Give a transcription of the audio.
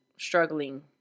Struggling